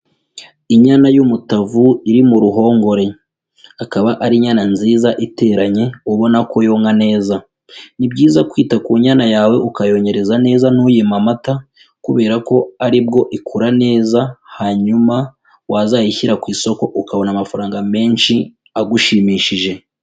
Inyana y'umutavu iri mu ruhongore, akaba ari inyana nziza iteranye ubona ko yonka neza. Ni byiza kwita ku nyana yawe ukayonkereza neza ntuyime amata kubera ko ari bwo ikura neza, hanyuma wazayishyira ku isoko ukazabona amafaranga menshi agushimishije